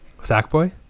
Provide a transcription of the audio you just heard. Sackboy